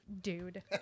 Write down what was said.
dude